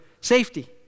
safety